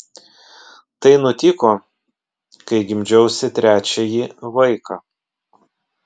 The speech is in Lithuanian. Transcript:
tai nutiko kai gimdžiausi trečiąjį vaiką